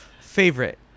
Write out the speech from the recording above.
favorite